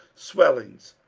swellings,